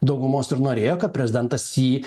daugumos ir norėjo kad prezidentas jį